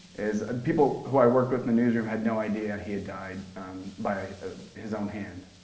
is people who i worked with in the newsroom had no idea he had died by his own hand.